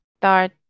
start